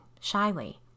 shyly